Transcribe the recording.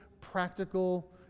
practical